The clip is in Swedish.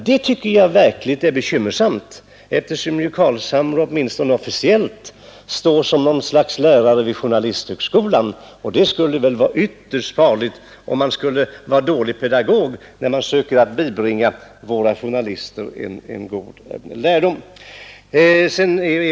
Det tycker jag verkligen är bekymmersamt, eftersom herr Carlshamre, åtminstone officiellt, står som något slags lärare vid Journalisthögskolan. Det måste vara ytterst farligt att ha en dålig pedagog som skall försöka bibringa våra journalister god lärdom.